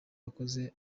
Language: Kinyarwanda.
bakoze